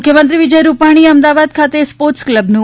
મુખ્યમંત્રી વિજય રૂપાણીએ અમદાવાદ ખાતે સ્પોર્ટ્સ ક્લબનું